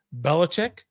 Belichick